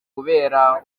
kubera